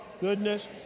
Goodness